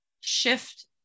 shift